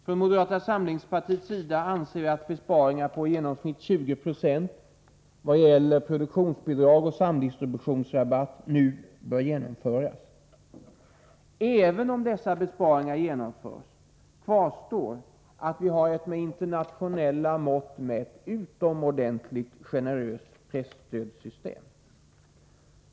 Från moderata samlingspartiets sida anser vi att besparingar på i genomsnitt 20 20 i vad gäller produktionsbidrag och samdistributionsrabatter nu bör genomföras. Även om dessa besparingar genomförs kvarstår att vi har ett med internationella mått mätt utomordentligt generöst presstödssystem.